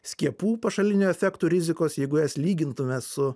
skiepų pašalinių efektų rizikos jeigu jas lygintume su